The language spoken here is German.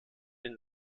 den